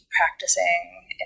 practicing